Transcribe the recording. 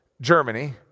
Germany